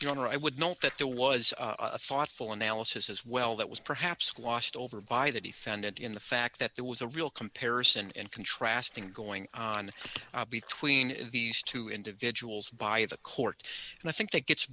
or i would note that there was a thoughtful analysis as well that was perhaps glossed over by the defendant in the fact that there was a real comparison and contrasting going on between these two individuals by the court and i think that gets